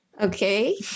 Okay